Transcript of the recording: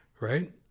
Right